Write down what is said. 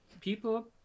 people